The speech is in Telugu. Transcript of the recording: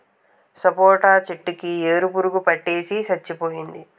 సపోటా చెట్టు కి ఏరు పురుగు పట్టేసి సచ్చిపోయింది